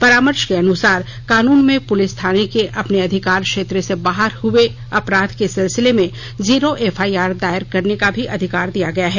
परामर्श के अनुसार कानून में पुलिस थाने के अपने अधिकार क्षेत्र से बाहर हुए किसी अपराध के सिलसिले में जीरो एफआईआर दायर करने का भी अधिकार दिया गया है